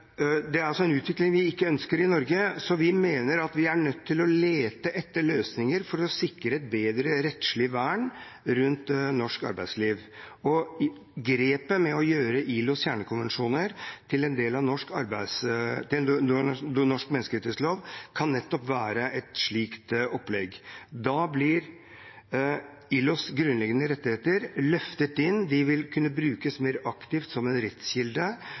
Det er en utvikling vi ikke ønsker i Norge. Vi mener at vi er nødt til å lete etter løsninger for å sikre et bedre rettslig vern rundt norsk arbeidsliv. Grepet med å gjøre ILOs kjernekonvensjoner til en del av norsk menneskerettslov kan nettopp være et slikt opplegg. Da blir ILOs grunnleggende rettigheter løftet inn. De vil kunne brukes mer aktivt som en rettskilde